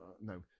no